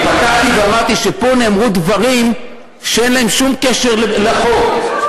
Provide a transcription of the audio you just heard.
ופתחתי ואמרתי שנאמרו פה דברים שאין להם שום קשר לחוק,